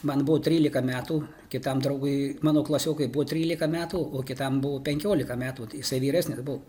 man buvo trylika metų kitam draugui mano klasiokui buvo trylika metų o kitam buvo penkiolika metų tai jisai vyresnis buvo